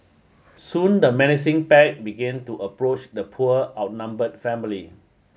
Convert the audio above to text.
soon the menacing pack began to approach the poor outnumbered family